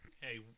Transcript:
Hey